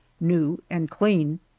new and clean.